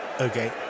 Okay